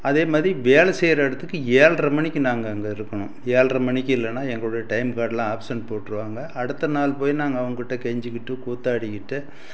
அதேமாதிரி வேலை செய்கிற இடத்துக்கு ஏழ்ர மணிக்கு நாங்கள் அங்கே இருக்கணும் ஏழ்ர மணிக்கு இல்லைனா எங்களோட டைம் கார்ட்டில் ஆப்சன்ட் போட்டுருவாங்க அடுத்த நாள் போய் நாங்கள் அவங்கள்ட்ட கெஞ்சிக்கிட்டு கூத்தாடிக்கிட்டு